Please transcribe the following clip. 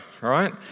right